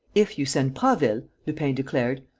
if you send prasville, lupin declared,